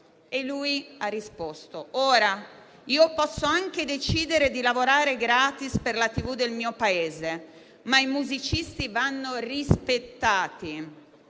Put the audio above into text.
Lui ha risposto: ora io posso anche decidere di lavorare *gratis* per la TV del mio Paese, ma i musicisti vanno rispettati.